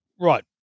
right